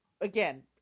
again